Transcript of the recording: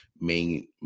main